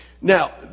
Now